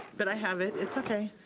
but i have it. it's okay.